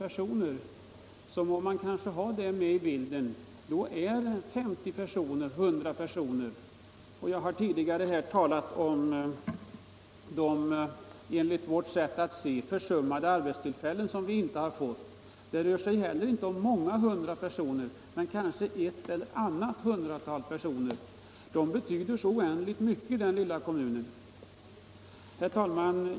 Då är en minskning med 50 eller 100 personer mycket. Jag har tidigare talat om de arbetstillfällen som vi inte har fått. Det rör sig inte heller om många hundra personer, men något hundratal personer betyder så oändligt mycket i den lilla kommunen.